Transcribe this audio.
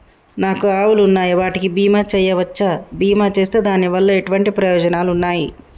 నాకు ఆవులు ఉన్నాయి వాటికి బీమా చెయ్యవచ్చా? బీమా చేస్తే దాని వల్ల ఎటువంటి ప్రయోజనాలు ఉన్నాయి?